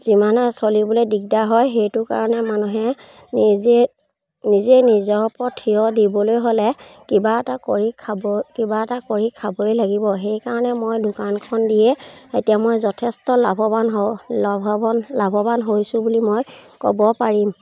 যিমানহে চলিবলৈ দিগদাৰ হয় সেইটো কাৰণে মানুহে নিজে নিজে নিজৰ ওপৰত থিয় দিবলৈ হ'লে কিবা এটা কৰি খাব কিবা এটা কৰি খাবই লাগিব সেইকাৰণে মই দোকানখন দিয়ে এতিয়া মই যথেষ্ট লাভৱান হ লাভৱান লাভৱান হৈছোঁ বুলি মই ক'ব পাৰিম